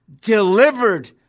delivered